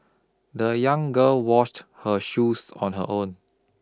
the young girl washed her shoes on her own